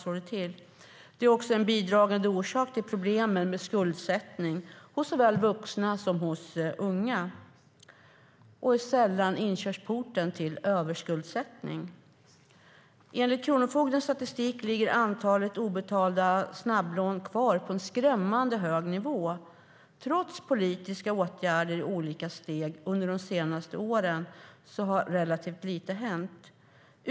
Snabblånen är också en bidragande orsak till problemen med skuldsättning hos såväl vuxna som unga, och de är inte sällan inkörsporten till överskuldsättning. Enligt kronofogdens statistik ligger antalet obetalda snabblån kvar på en skrämmande hög nivå. Trots politiska åtgärder i olika steg under de senaste åren har relativt lite hänt.